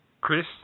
Chris